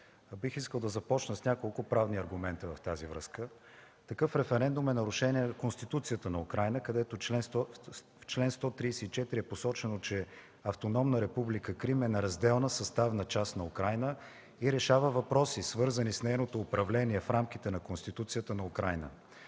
Бих искал да започна с няколко правни аргумента в тази връзка. Такъв референдум е в нарушение с Конституцията на Украйна, където в чл. 134 е посочено, че Автономна република Крим е неразделна съставна част на Украйна и решава въпроси, свързани с нейното управление в рамките на Конституцията на Украйна.